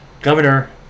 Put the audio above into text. Governor